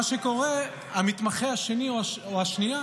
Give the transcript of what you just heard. מה שקורה הוא שהמתמחה השני או השנייה